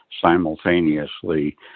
simultaneously